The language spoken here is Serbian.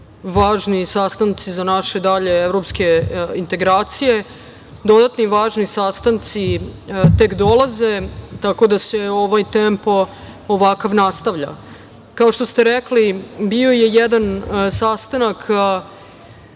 važni sastanci za naše dalje evropske integracije. Dodatni važni sastanci tek dolaze, tako da se ovaj tempo, ovakav, nastavlja. Kao što ste rekli, bio je jedan regionalni